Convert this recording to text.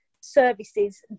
services